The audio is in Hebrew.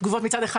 מצד אחד,